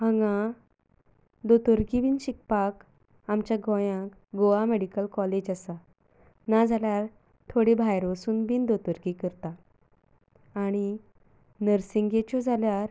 हांगा दोतोरकी बी शिकपाक आमच्या गोंयांत गोवा मेडिकल कॉलेज आसा ना जाल्यार थोडीं भायर वचून बी दोतोरकी करतात आनी नर्सिंगेच्यो जाल्यार